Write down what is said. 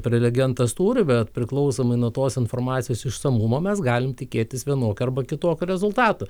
prelegentas turi bet priklausomai nuo tos informacijos išsamumo mes galim tikėtis vienokio arba kitokio rezultatų